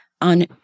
on